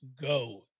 go